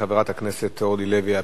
חברת הכנסת אורלי לוי אבקסיס,